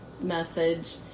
message